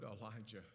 Elijah